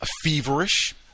feverish